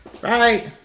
right